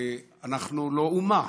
אנחנו לא אומה.